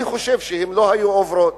אני חושב שהם לא היו עוברים.